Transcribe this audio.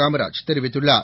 காமராஜ் தெரிவித்துள்ளார்